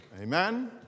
Amen